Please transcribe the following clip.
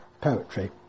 poetry